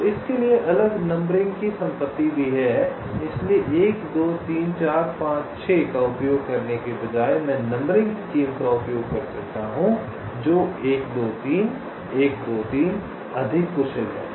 तो इसके लिए अलग नंबरिंग की संपत्ति भी है इसलिए 1 2 3 4 5 6 का उपयोग करने के बजाय मैं नंबरिंग स्कीम का उपयोग कर सकता हूं जो 1 2 3 1 2 3 अधिक कुशल है